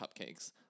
cupcakes